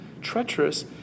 treacherous